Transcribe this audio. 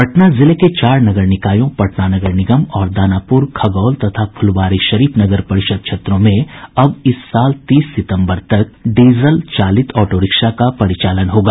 पटना जिले के चार नगर निकायों पटना नगर निगम और दानापुर खगौल तथा फुलवारीशरीफ नगर परिषद क्षेत्रों में अब इस साल तीस सितम्बर तक डीजल चालित ऑटो रिक्शा का परिचालन होगा